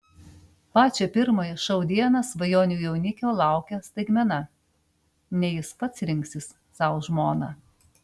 pačią pirmąją šou dieną svajonių jaunikio laukia staigmena ne jis pats rinksis sau žmoną